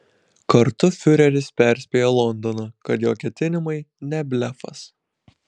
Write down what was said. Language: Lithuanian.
kartu fiureris perspėjo londoną kad jo ketinimai ne blefas